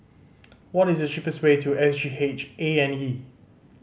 what is the cheapest way to S G H A and E